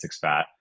fat